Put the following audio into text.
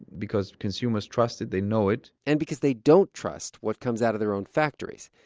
because consumers trust it, they know it and because they don't trust what comes out of their own factories.